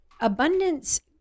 abundance